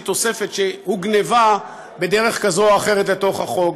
תוספת שהוגנבה בדרך כזאת או אחרת לתוך החוק,